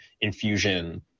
infusion